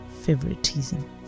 favoritism